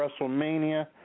Wrestlemania